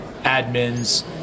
admins